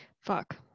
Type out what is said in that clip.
Fuck